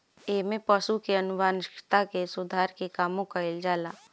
एमे पशु के आनुवांशिकता के सुधार के कामो कईल जाला